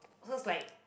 so is like